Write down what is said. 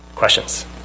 Questions